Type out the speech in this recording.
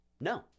No